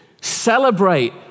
celebrate